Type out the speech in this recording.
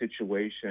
situation